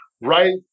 right